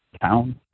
town